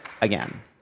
again